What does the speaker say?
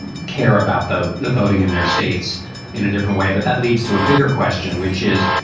care about the the voting in their states in a different way? but that leads to a bigger question, which is,